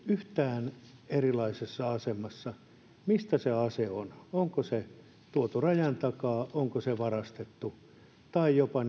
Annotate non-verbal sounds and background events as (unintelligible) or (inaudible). yhtään erilaisessa asemassa riippuen siitä mistä se ase on onko se tuotu rajan takaa onko se varastettu tai jopa (unintelligible)